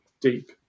deep